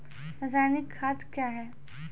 रसायनिक खाद कया हैं?